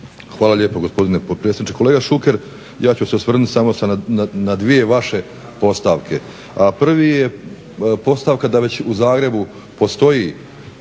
Hvala lijepo gospodine potpredsjedniče. Kolega Šuker, ja ću se osvrnuti samo na dvije vaše postavke, a prvi je postavka da već u Zagrebu postoji